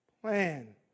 plan